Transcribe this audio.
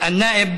(אומר דברים